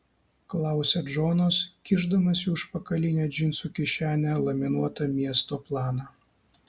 klausia džonas kišdamas į užpakalinę džinsų kišenę laminuotą miesto planą